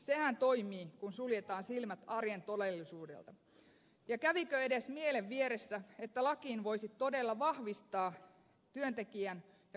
sehän toimii kun suljetaan silmät arjen todellisuudelta ja kävikö edes mielen vieressä että lakiin voisi todella vahvistaa työntekijän ja kansalaisten oikeusturvaa